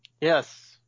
Yes